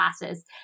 classes